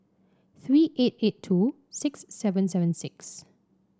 three eight eight two six seven seven six